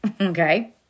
okay